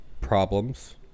problems